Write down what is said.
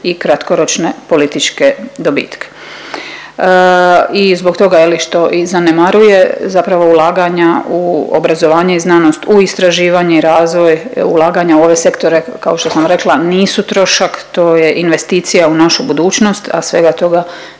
i kratkoročne političke dobitke. I zbog toga je li što i zanemaruje, zapravo ulaganja u obrazovanje i znanost, u istraživanje i razvoj ulaganja u ove sektore kao što sam rekla nisu trošak. To je investicija u našu budućnost, a svega toga